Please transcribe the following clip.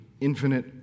infinite